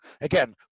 Again